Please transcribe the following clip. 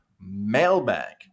Mailbag